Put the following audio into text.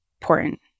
important